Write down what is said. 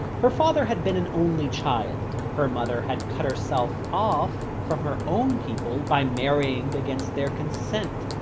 her father had been an only child. her mother had cut herself off from her own people by marrying against their consent,